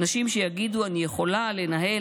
נשים שיגידו: אני יכולה לנהל,